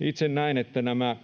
Itse näen, että nämä